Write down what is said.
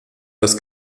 das